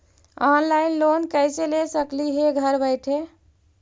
Online loan कैसे ले सकली हे घर बैठे?